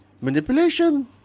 Manipulation